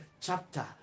chapter